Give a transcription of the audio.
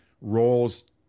Roles